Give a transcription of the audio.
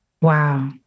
Wow